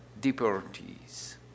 deportees